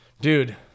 dude